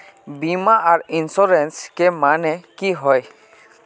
बीमा आर इंश्योरेंस के माने की होय?